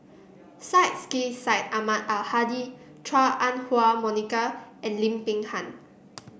Syed Sheikh Syed Ahmad Al Hadi Chua Ah Huwa Monica and Lim Peng Han